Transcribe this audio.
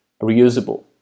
reusable